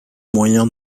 moyen